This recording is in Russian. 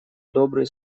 добрые